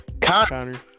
Connor